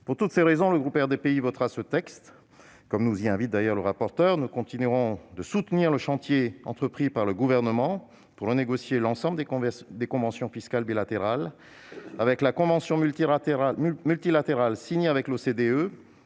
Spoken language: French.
Pour toutes ces raisons, le groupe RDPI votera ce texte, comme nous y invite le rapporteur. Il continuera de soutenir le chantier entrepris par le Gouvernement pour renégocier l'ensemble des conventions fiscales bilatérales. Avec la convention multilatérale signée avec l'OCDE,